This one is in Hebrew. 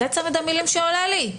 זה צמד המילים שעולה לי.